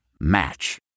Match